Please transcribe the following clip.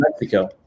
Mexico